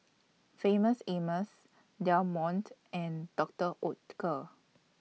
Famous Amos Del Monte and Doctor Oetker